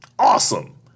awesome